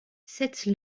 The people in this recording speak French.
cette